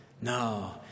No